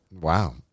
Wow